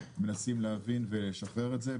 מנסים להבין ולשחרר את זה,